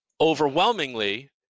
overwhelmingly